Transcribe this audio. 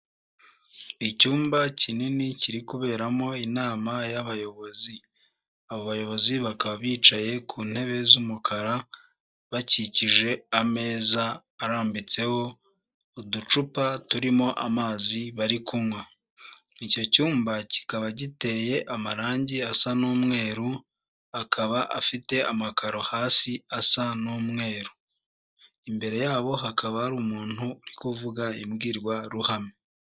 Icyumba kinini kiri kuberamo inama y'abayobozi. Abo bayobozi bakaba bicaye ku ntebe z'umukara, bakikije ameza arambitseho uducupa turimo amazi bari kunywa. Icyo cyumba kikaba giteye amarangi asa n'umweru, akaba afite amakaro hasi asa n'umweru. Imbere yabo hakaba hari umuntu uri kuvuga imbwirwaruhame.